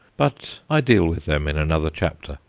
but i deal with them in another chapter.